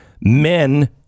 men